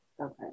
okay